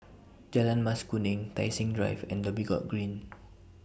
Jalan Mas Kuning Tai Seng Drive and The Dhoby Ghaut Green